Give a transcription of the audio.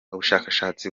ubushakashatsi